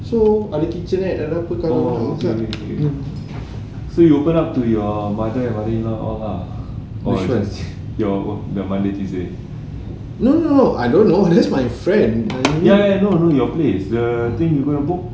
so ada kitchenette ada apa no no I don't know that's my friend